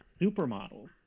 supermodels